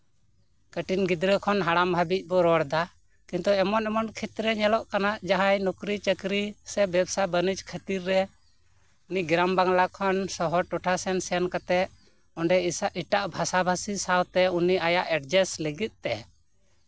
ᱠᱟᱹᱴᱤᱡ ᱜᱤᱫᱨᱟᱹ ᱠᱷᱚᱱ ᱦᱟᱲᱟᱢ ᱦᱟᱹᱵᱤᱡ ᱵᱚᱱ ᱨᱚᱲ ᱮᱫᱟ ᱠᱤᱱᱛᱩ ᱮᱢᱚᱱᱼᱮᱢᱚᱱ ᱠᱷᱮᱛᱨᱮ ᱧᱮᱞᱚᱜ ᱠᱟᱱᱟ ᱡᱟᱦᱟᱸᱭ ᱱᱩᱠᱨᱤᱼᱪᱟᱠᱨᱤ ᱥᱮ ᱵᱮᱵᱥᱟ ᱵᱟᱹᱱᱤᱡ ᱠᱷᱟᱹᱛᱤᱨ ᱨᱮ ᱩᱱᱤ ᱜᱨᱟᱢ ᱵᱟᱝᱞᱟ ᱠᱷᱚᱱ ᱥᱚᱦᱚᱨ ᱴᱚᱴᱷᱟ ᱥᱮᱫ ᱥᱮᱱ ᱠᱟᱛᱮ ᱚᱸᱰᱮ ᱮᱴᱟᱜ ᱵᱷᱟᱥᱟᱼᱵᱷᱟᱥᱤ ᱥᱟᱶᱛᱮ ᱩᱱᱤ ᱟᱭᱟᱜ ᱮᱰᱡᱟᱥᱴ ᱞᱟᱹᱜᱤᱫ ᱛᱮ